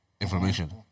information